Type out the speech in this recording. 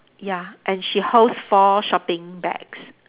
ya and she holds four shopping bags